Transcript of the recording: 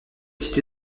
situé